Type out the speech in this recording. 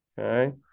Okay